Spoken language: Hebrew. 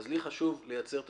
אז לי חשוב לייצר תשתית.